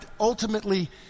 ultimately